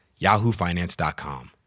yahoofinance.com